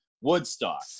Woodstock